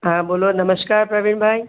હા બોલો નમસ્કાર પ્રવીણભાઈ